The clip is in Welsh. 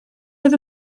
oedd